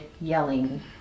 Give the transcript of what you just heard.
yelling